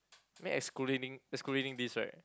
I mean excluding excluding this right